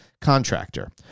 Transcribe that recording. contractor